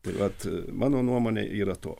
tai vat mano nuomone yra to